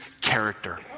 character